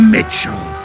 Mitchell